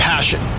Passion